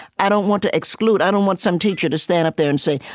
i don't want to exclude. i don't want some teacher to stand up there and say,